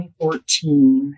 2014